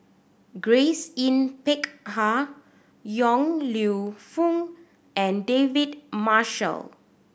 Grace Yin Peck Ha Yong Lew Foong and David Marshall